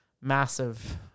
massive